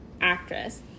actress